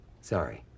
Sorry